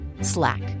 Slack